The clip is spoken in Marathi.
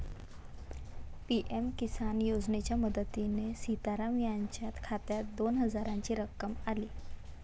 पी.एम किसान योजनेच्या मदतीने सीताराम यांच्या खात्यात दोन हजारांची रक्कम आली